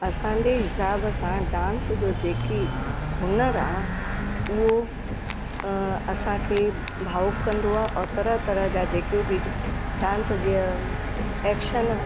असांजे हिसाब सां डांस जो जेकी हुनुरु आहे उहो असांखे भावुक कंदो आहे और तरह तरह जा जेके बि डांस जीअं एक्शन